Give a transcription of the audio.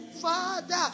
Father